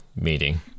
meeting